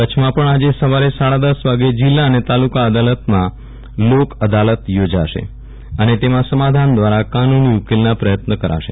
કચ્છમાં પણ આજે સવારે સાડા દસ વાગે જિલ્લા અને તાલુકા અદાલતમાં લોક અદાલત યોજાશે અને તેમાં સમાધાન દ્વારા કાનુની ઉકેલના પ્રયત્ન કરાશે